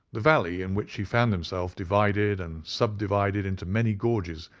the valley in which he found himself divided and sub-divided into many gorges,